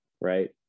right